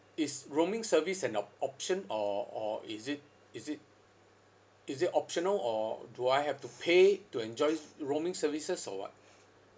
is roaming service and op~ option or or is it is it is it optional or do I have to pay to enjoy roaming services or what